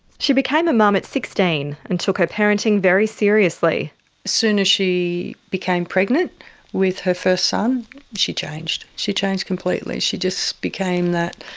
she became a mum at sixteen, and took her parenting very seriously. as soon as she became pregnant with her first son she changed, she changed completely, she just became that.